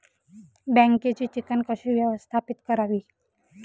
बँकेची चिकण कशी व्यवस्थापित करावी?